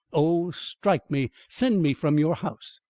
oh, strike me! send me from your house!